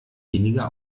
weniger